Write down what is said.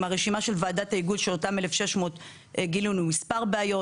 עם הרשימה של ועדת ההיגוי של אותם 1,600 גילינו מספר בעיות.